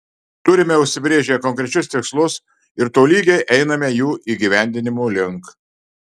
turime užsibrėžę konkrečius tikslus ir tolygiai einame jų įgyvendinimo link